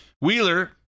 Wheeler